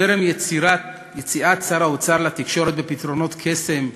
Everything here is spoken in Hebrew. טרם יציאת שר האוצר לתקשורת בפתרונות קסם,